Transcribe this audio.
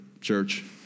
church